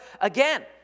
again